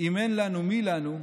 אם אין לנו, מי לנו?